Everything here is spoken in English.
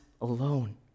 alone